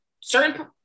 certain